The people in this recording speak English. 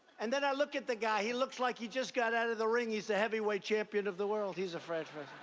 and then i look at the guy. he looks like he just got out of the ring, he's the heavyweight champion of the world. he's afraid